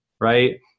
right